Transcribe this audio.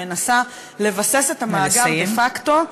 שמנסה לבסס את המאגר דה-פקטו,